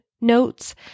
notes